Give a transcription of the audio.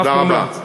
תודה רבה.